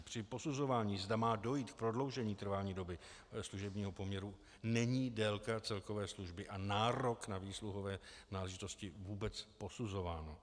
Při posuzování, zda má dojít k prodloužení trvání doby služebního poměru, není délka celkové služby a nárok na výsluhové náležitosti vůbec posuzována.